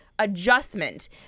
adjustment